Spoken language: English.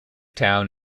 town